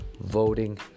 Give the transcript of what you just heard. voting